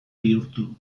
bihurtu